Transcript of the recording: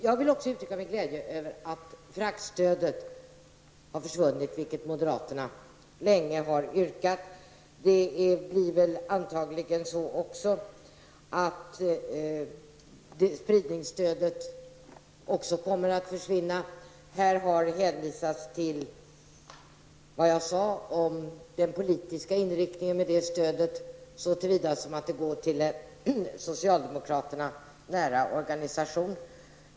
Jag vill också uttrycka min glädje över att fraktstödet har försvunnit, vilket moderaterna länge har yrkat på. Antagligen kommer även spridningsstödet att försvinna. Här har det hänvisats till vad jag sade om den politiska inriktningen av det stödet, nämligen att det går till en socialdemokraterna närstående organisation.